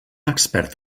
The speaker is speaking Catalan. expert